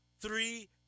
three